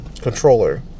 controller